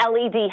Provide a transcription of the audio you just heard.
LED